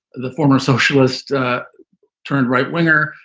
the former socialist turned right winger.